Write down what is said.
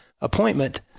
appointment